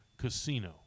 casino